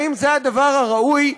האם זה הדבר הראוי?